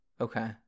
Okay